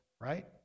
right